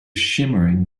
shimmering